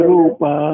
Rupa